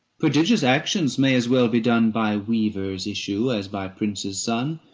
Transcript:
prodigious actions may as well be done by weaver's issue as by prince's son.